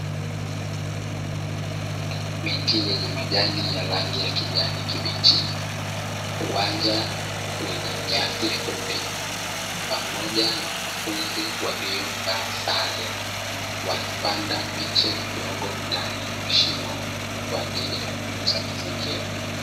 Miti yenye majani ya rangi ya kijani kibichi, uwanja wenye nyasi fupi pamoja na wanafunzi waliovaa sare, wakipanda miche midogo ndani ya mashimo, kwa jaili ya kutunza mazingira.